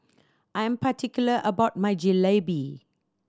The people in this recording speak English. I am particular about my Jalebi